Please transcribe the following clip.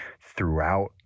throughout